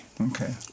Okay